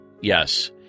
Yes